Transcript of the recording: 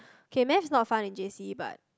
K math is not fun in J_C but